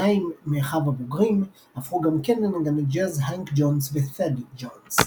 שנים מאחיו הבוגרים הפכו גם כן לנגני ג'אז - האנק ג'ונס ות'אד ג'ונס.